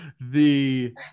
The-